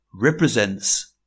represents